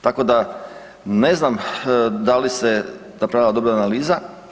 Tako da ne znam da li se napravila dobra analiza.